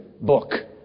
book